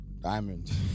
Diamond